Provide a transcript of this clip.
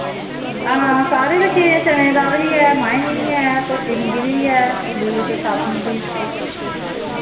हां सारे रक्खे दे चने दी दाल वी ऐ मायें दी वी ऐ धोती मुंगी दी वी ऐ दुई साब्त मुंगी